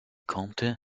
compte